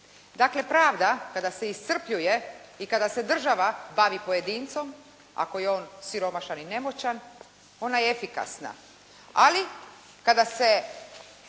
Dakle, pravda kada se iscrpljuje i kada se država bavi pojedincem ako je on siromašan i nemoćan, ona je efikasna, ali kada se